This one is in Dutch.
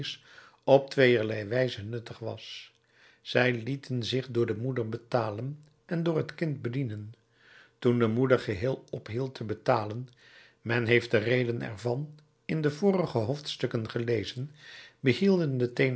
op tweeërlei wijze nuttig was zij lieten zich door de moeder betalen en door het kind bedienen toen de moeder geheel ophield te betalen men heeft de reden ervan in de vorige hoofdstukken